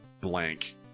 blank